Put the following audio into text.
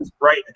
right